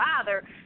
father